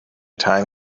time